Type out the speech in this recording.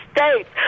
States